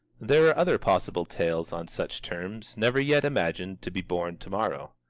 there are other possible tales on such terms, never yet imagined, to be born to-morrow.